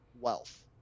wealth